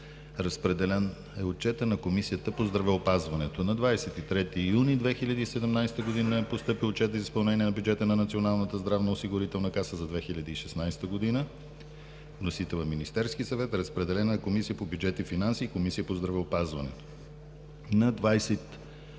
разпределен на Комисията по здравеопазването. На 23 юни 2017 г. е постъпил Отчет за изпълнение на бюджета на Националната здравноосигурителна каса за 2016 г. Вносител е Министерският съвет. Разпределен е на Комисията по бюджет и финанси и на Комисията по здравеопазване.